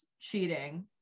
cheating